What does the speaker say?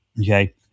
okay